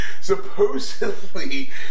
Supposedly